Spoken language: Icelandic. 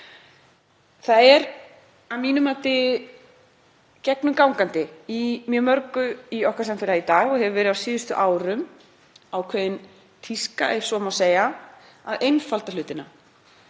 Það er að mínu mati gegnumgangandi í mjög mörgu í samfélagi okkar í dag, og hefur verið á síðustu árum, ákveðin tíska, ef svo má segja, að einfalda hlutina.